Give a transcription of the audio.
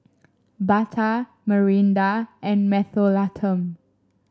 Bata Mirinda and Mentholatum